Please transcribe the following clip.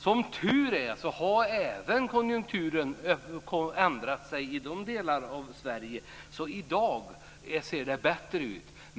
Som tur är har konjunkturen ändrat sig även i de delarna av Sverige. I dag ser det bättre ut.